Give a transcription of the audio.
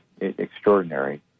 extraordinary